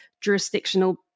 jurisdictional